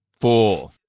four